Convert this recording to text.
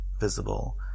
visible